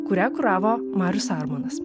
kurią kuravo marius armonas